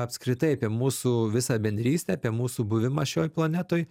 apskritai apie mūsų visą bendrystę mūsų buvimą šioj planetoj